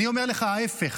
אני אומר לך ההפך,